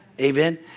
Amen